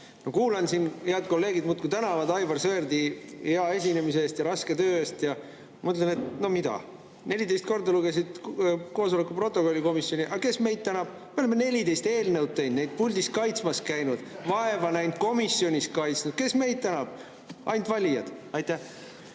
kuulan siin, et head kolleegid muudkui tänavad Aivar Sõerdi hea esinemise eest ja raske töö eest. Ma mõtlen, no mida! 14 korda luges komisjoni koosoleku protokolli [ette]. Aga kes meid tänab? Me oleme 14 eelnõu teinud, neid puldis kaitsmas käinud, vaeva näinud, komisjonis kaitsnud. Kes meid tänab? Ainult valijad. Aitäh!